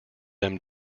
them